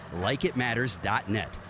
LikeItMatters.net